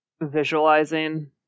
visualizing